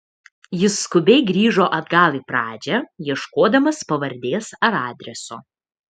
jis skubiai grįžo atgal į pradžią ieškodamas pavardės ar adreso